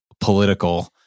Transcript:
political